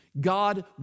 God